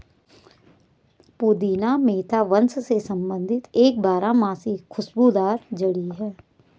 पुदीना मेंथा वंश से संबंधित एक बारहमासी खुशबूदार जड़ी है